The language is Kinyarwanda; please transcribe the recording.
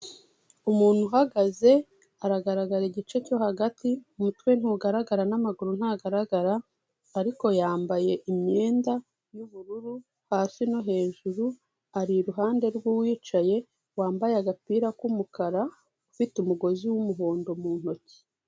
Umuntu uhagaze aragaragara igice cyo hagati, umutwe ntugaragara n'amaguru ntagaragara ariko yambaye imyenda y'ubururu hasi no hejuru, ari iruhande rw'uwicaye wambaye agapira k'umukara, ufite umugozi w'umuhondo mu ntoki.